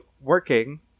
working